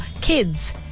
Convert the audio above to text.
kids